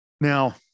Now